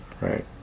right